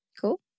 Cool